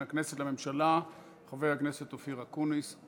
הכנסת לממשלה חבר הכנסת אופיר אקוניס.